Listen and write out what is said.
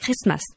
Christmas